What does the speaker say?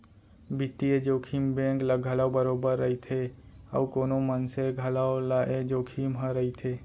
बित्तीय जोखिम बेंक ल घलौ बरोबर रइथे अउ कोनो मनसे घलौ ल ए जोखिम ह रइथे